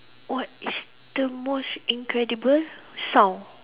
what is the most incredible sound